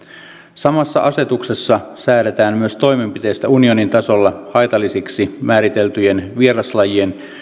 samassa asetuksessa säädetään myös toimenpiteistä unionin tasolla haitallisiksi määriteltyjen vieraslajien